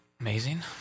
Amazing